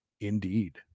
indeed